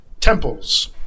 temples